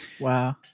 Wow